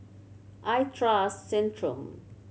I trust Centrum